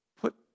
put